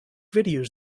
videos